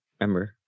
remember